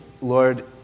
Lord